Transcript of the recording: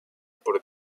por